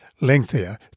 lengthier